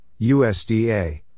USDA